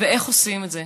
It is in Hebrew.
ואיך עושים את זה.